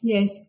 Yes